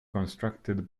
constructed